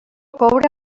coure